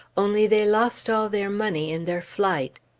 only they lost all their money in their flight.